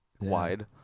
Wide